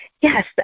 Yes